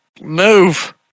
move